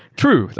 true.